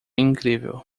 incrível